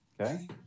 Okay